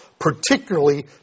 particularly